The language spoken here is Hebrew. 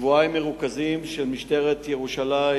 סיימנו שבועיים מרוכזים של משטרת ירושלים,